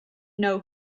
know